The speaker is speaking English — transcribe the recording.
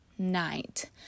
night